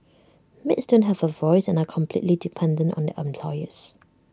maids don't have A voice and are completely dependent on their employers